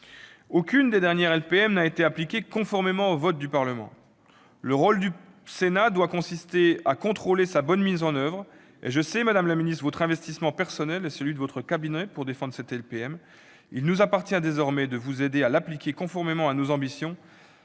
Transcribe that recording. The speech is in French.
Aucune des dernières LPM n'a été appliquée conformément au vote du Parlement. Le rôle du Sénat doit consister à contrôler sa bonne mise en oeuvre. Je sais, madame la ministre, votre investissement personnel et celui de votre cabinet pour défendre cette LPM. Il nous appartient désormais de vous aider à l'appliquer conformément à nos ambitions